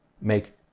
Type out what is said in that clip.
make